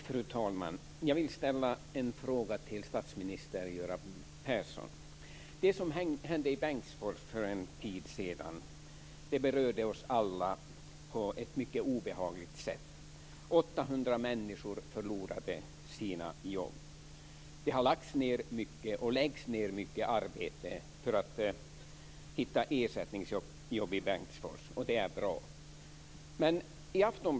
Fru talman! Jag vill ställa en fråga till statsminister Göran Persson. Det som hände i Bengtsfors för en tid sedan berörde oss alla på ett obehagligt sätt. 800 människor förlorade sina jobb. Det läggs ned mycket arbete för att hitta ersättningsjobb i Bengtsfors, och det är bra.